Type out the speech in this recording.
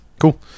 Cool